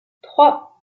trois